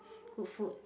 good food